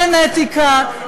אין אתיקה,